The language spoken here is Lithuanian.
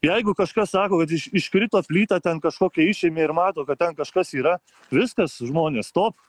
jeigu kažkas sako kad iš iškrito plyta ten kažkokia išėmė ir mato kad ten kažkas yra viskas žmonės stop